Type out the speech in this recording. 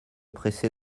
pressé